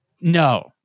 No